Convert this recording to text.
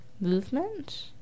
movement